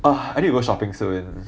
ugh I need to go shopping soon